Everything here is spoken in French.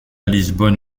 lisbonne